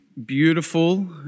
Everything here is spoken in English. beautiful